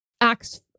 acts